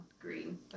green